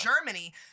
Germany